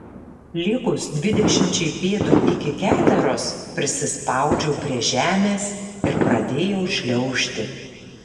likus dvidešimčiai pėdų iki keteros prisispaudžiau prie žemės ir pradėjau šliaužti